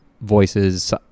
voices